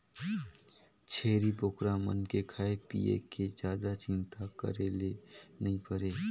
छेरी बोकरा मन के खाए पिए के जादा चिंता करे ले नइ परे